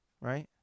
right